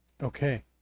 Okay